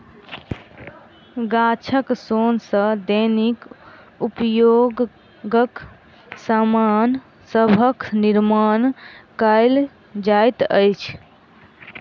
गाछक सोन सॅ दैनिक उपयोगक सामान सभक निर्माण कयल जाइत अछि